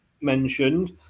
mentioned